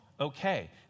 Okay